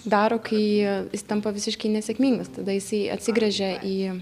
daro kai jis tampa visiškai nesėkmingas tada jisai atsigręžia į